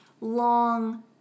long